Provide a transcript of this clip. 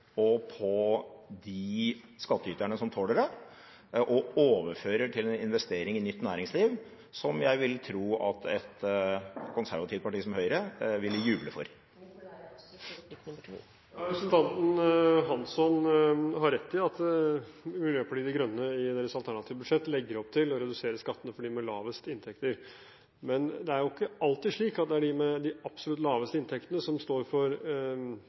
og på de skattyterne som tåler det, og overfører til investering i nytt næringsliv, som jeg vil tro at et konservativt parti som Høyre vil juble for. Representanten Hansson har rett i at Miljøpartiet De Grønne i sitt alternative budsjett legger opp til å redusere skattene for dem med lavest inntekter, men det er ikke alltid slik at det er de med de absolutt laveste inntektene som